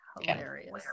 Hilarious